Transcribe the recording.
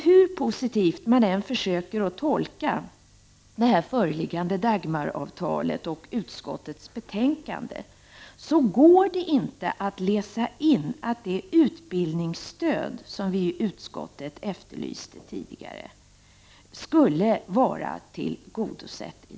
Hur positivt man än försöker tolka Dagmaravtalet och utskottets betän kande, går det inte att läsa in att det utbildningsstöd, som vi i utskottet efterlyste tidigare, skulle vara tillgodosett.